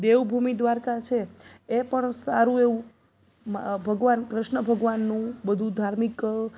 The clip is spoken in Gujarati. દેવભૂમિ દ્વારકા છે એ પણ સારું એવું ભગવાન કૃષ્ણ ભગવાનનું બધું ધાર્મિક